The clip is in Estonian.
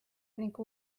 ning